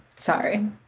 sorry